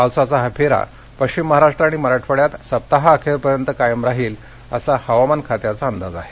पावसाचा हा फेरा पश्चिम महाराष्ट्र आणि मराठवाङ्यात सप्ताहाअखेरपर्यंत कायम राहील असा हवामान खात्याचा अंदाज आहे